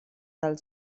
del